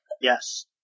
Yes